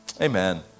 amen